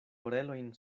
orelojn